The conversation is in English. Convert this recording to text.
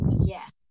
yes